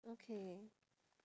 okay